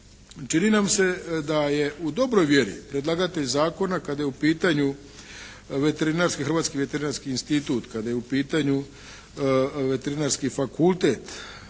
Čini nam se da je u dobroj vjeri predlagatelj zakona kada je u pitanju Hrvatski veterinarski institut, kada je u pitanju Veterinarski fakultet,